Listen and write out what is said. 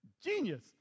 genius